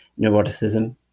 neuroticism